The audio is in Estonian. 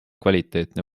kvaliteetne